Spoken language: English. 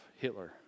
Hitler